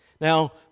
Now